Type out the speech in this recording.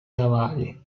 navali